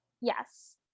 Yes